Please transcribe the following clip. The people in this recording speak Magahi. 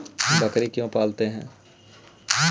बकरी क्यों पालते है?